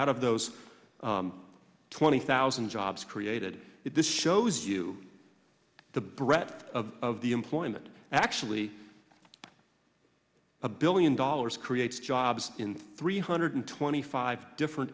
out of those twenty thousand jobs created this shows you the breath of of the employment actually a billion dollars creates jobs in three hundred twenty five different